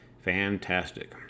Fantastic